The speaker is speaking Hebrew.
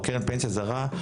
או קרן פנסיה זרה,